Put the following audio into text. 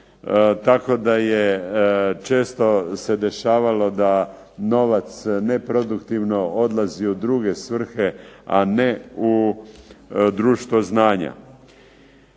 tako da se često dešavalo da novac neproduktivno odlazi u druge svrhe, a ne u društvo znanja.